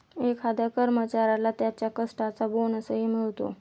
एखाद्या कर्मचाऱ्याला त्याच्या कष्टाचा बोनसही मिळतो